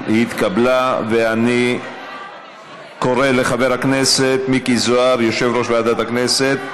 ו-109(ב)(1) לעניין פרק ב'1 (רישוי עסקים בעלי חשיבות לאומית),